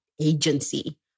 agency